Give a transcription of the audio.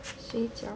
水饺